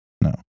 No